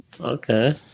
Okay